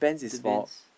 deviance